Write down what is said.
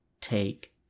take